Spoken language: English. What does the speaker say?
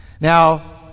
Now